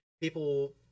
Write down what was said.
people